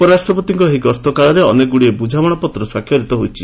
ଉପରାଷ୍ଟ୍ରପତିଙ୍କ ଏହି ଗସ୍ତ କାଳରେ ଅନେକଗୁଡ଼ିଏ ବୁଝାମଣାପତ୍ର ସ୍ୱାକ୍ଷରିତ ହୋଇଛି